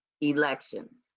elections